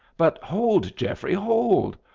but hold, geoffrey, hold!